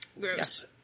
Gross